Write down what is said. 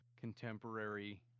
contemporary